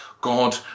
God